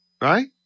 right